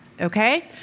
okay